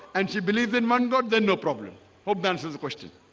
and she believes in one god then no problem folk dances question